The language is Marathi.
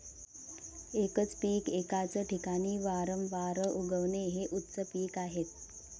एकच पीक एकाच ठिकाणी वारंवार उगवणे हे उच्च पीक आहे